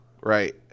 Right